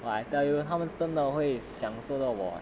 well I tell you 他们真的会享受到 !wow!